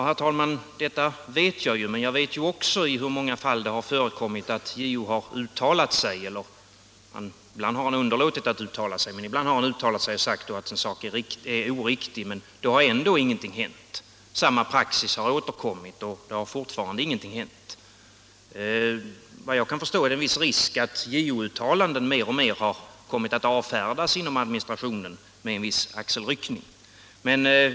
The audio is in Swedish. Herr talman! Detiwa vet jag, men jag vet också i hur många fall det har förekommit att JO har uttalat sig — ibland har han också underlåtit att uttala sig — och sagt att en sak är oriktig men ändå ingenting hänt utan samma praxis återkommit. Efter vad jag kan förstå är det en viss risk för att JO-uttalanden mer och mer avfärdas inom administrationen med en axelryckning.